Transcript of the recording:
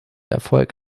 erfolg